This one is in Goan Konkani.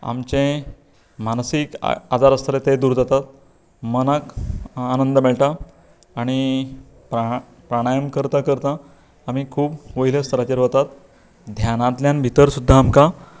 आमचें मानसीक आजार आसा तें दूर जातात मनाक आनंद मेळटा आनी प्राणायम प्राणायम करता करता आमी खूब वयल्या स्तराचेर वतात ध्यानांतल्यान भितर सुद्दां आमकां